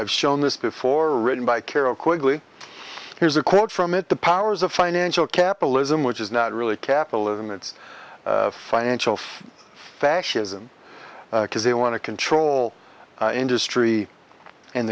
i've shown this before written by carol quickly here's a quote from it the powers of financial capitalism which is not really capitalism it's financial fascism because they want to control industry and